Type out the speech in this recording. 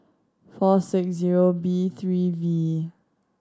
four six zero B three V